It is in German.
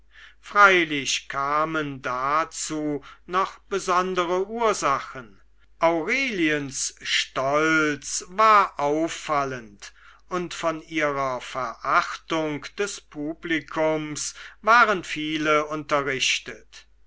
freilich kamen dazu noch besondere ursachen aureliens stolz war auffallend und von ihrer verachtung des publikums waren viele unterrichtet